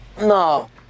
No